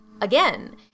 again